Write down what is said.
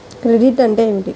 Credit అంటే ఏమిటి?